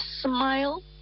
smile